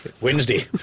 Wednesday